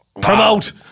promote